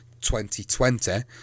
2020